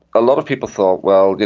a lot of people thought, well,